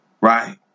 right